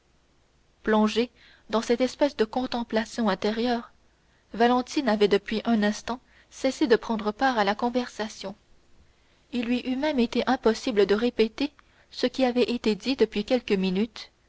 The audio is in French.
plongée dans cette espèce de contemplation intérieure valentine avait depuis un instant cessé de prendre part à la conversation il lui eût même été impossible de répéter ce qui avait été dit depuis quelques minutes